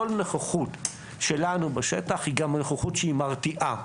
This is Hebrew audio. כל נוכחות שלנו בשטח היא גם נוכחות שהיא מרתיעה.